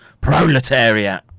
proletariat